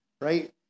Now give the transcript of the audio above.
right